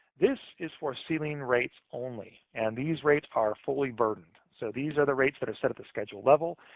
this is for ceiling rates only, and these rates are fully burdened. so these are the rates that are set at the schedule level.